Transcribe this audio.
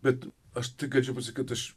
bet aš tik kaip čia pasakyt aš